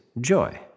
joy